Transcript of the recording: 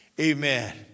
Amen